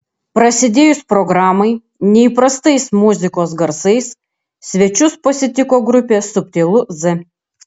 prasidėjus programai neįprastais muzikos garsais svečius pasitiko grupė subtilu z